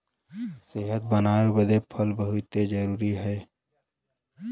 सेहत बनाए बदे फल बहुते जरूरी हौ